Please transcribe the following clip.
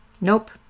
Nope